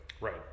Right